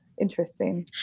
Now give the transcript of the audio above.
interesting